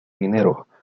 dinero